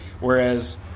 whereas